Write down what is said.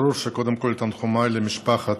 ברור שקודם כול, תנחומיי למשפחת